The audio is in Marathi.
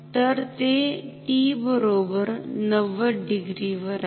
तर हे t बरोबर 90 डिग्री वर आहे